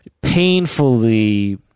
painfully